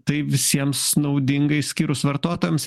tai visiems naudinga išskyrus vartotojams